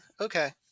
okay